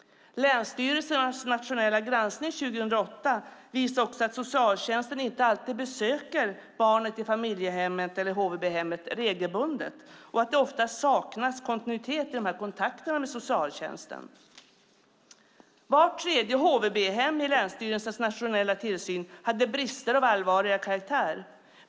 Länsstyrelsernas nationella granskning 2008 visade också att socialtjänsten inte alltid besöker barnet i familjehemmet eller HVB-hemmet regelbundet och att det ofta saknas kontinuitet i kontakterna med socialtjänsten. Vart tredje HVB-hem i länsstyrelsernas nationella tillsyn hade brister av allvarligare karaktär.